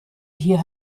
hier